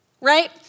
right